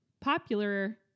popular